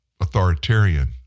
authoritarian